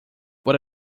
but